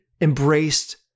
embraced